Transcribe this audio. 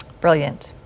Brilliant